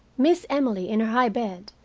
miss emily in her high bed,